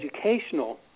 educational